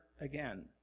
again